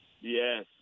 Yes